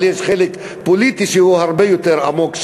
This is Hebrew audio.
אבל יש חלק פוליטי שהוא הרבה יותר עמוק,